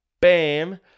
bam